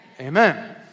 Amen